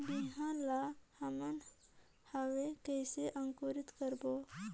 बिहान ला हमन हवे कइसे अंकुरित करबो?